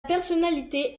personnalité